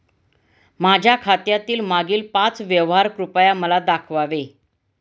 माझ्या खात्यातील मागील पाच व्यवहार कृपया मला दाखवावे